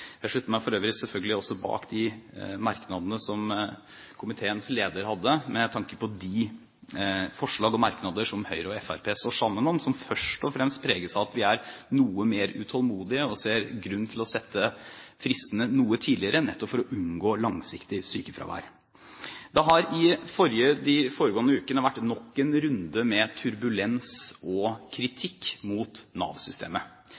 Jeg slutter meg for øvrig selvfølgelig også til de merknadene som komiteens leder hadde med tanke på de forslag og merknader som Høyre og Fremskrittspartiet står sammen om, som først og fremst preges av at vi er noe mer utålmodige og ser grunn til å sette fristene noe tidligere nettopp for å unngå langsiktig sykefravær. Det har i de foregående ukene vært nok en runde med turbulens og